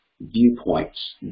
viewpoints